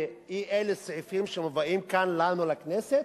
באי-אלו סעיפים שמובאים כאן אלינו לכנסת?